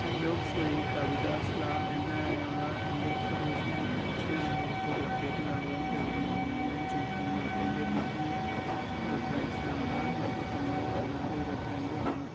ഐനോക്സ് വഴി കവിത സ്ലാം എന്നതിനായുള്ള എൻ്റെ റിസർവേഷനെക്കുറിച്ച് നിങ്ങൾക്ക് ഒരു അപ്ഡേറ്റ് നൽകാൻ കഴിയുമോ എന്ന് ഞാൻ ചിന്തിക്കുന്നു എൻ്റെ ബുക്കിംഗ് റഫറൻസ് നമ്പർ മുപ്പത്തൊമ്പത് പതിനാറ് ഇരുപത്തിരണ്ട് ആണ്